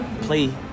play